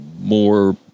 more